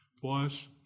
plus